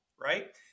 right